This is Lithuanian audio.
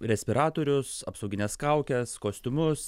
respiratorius apsaugines kaukes kostiumus